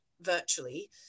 virtually